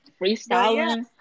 Freestyling